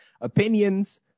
opinions